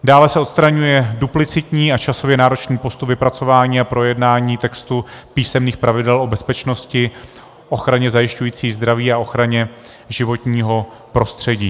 Dále se odstraňuje duplicitní a časově náročný postup vypracování a projednání textu písemných pravidel o bezpečnosti, ochraně zajišťující zdraví a ochraně životního prostředí.